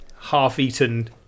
half-eaten